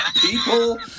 People